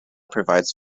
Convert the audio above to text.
provides